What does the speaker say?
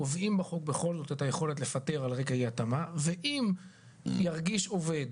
קובעים בחוק בכל זאת את היכולת לפטר על רקע אי התאמה ואם ירגיש עובד